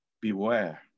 Beware